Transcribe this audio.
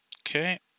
Okay